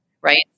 right